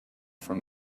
from